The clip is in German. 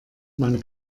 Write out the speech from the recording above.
man